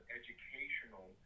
educational